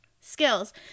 skills